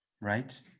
right